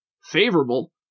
Favorable